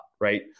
right